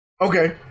Okay